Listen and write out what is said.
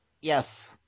Yes